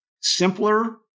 Simpler